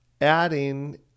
adding